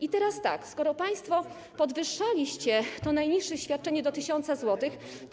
I teraz tak, gdy państwo podwyższaliście to najniższe świadczenie do 1000 zł,